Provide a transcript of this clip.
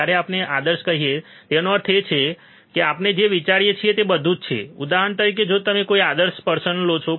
જ્યારે આપણે આદર્શ કહીએ તેનો અર્થ એ છે કે આપણે જે વિચારીએ છીએ તે બધું જ છે ઉદાહરણ તરીકે જો તમે કોઈ આદર્શ પરસન લો છો